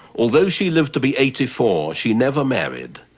although she lived to be eighty four, she never married.